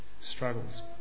struggles